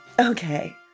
Okay